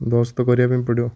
ଦଶ ତ କରିବାପାଇଁ ପଡ଼ିବ